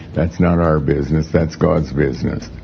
that's not our business. that's god's business.